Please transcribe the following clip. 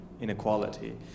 inequality